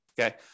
Okay